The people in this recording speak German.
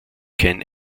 kein